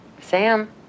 Sam